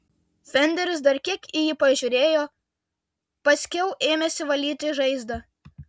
fenderis dar kiek į jį pažiūrėjo paskiau ėmėsi valyti žaizdą